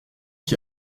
qui